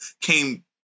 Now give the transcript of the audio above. came